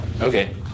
Okay